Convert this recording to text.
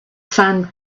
sand